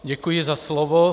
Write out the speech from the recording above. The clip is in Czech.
Děkuji za slovo.